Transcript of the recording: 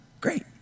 Great